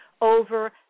over